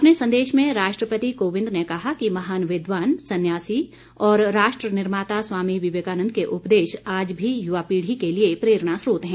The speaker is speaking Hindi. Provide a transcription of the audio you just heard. अपने संदेश में राष्ट्रपति कोविंद ने कहा कि महान विद्वान संन्यासी और राष्ट्र निर्माता स्वामी विवेकानन्द के उपदेश आज भी युवा पीढ़ी के लिए प्रेरणास्रोत हैं